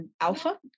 alpha